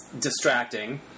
distracting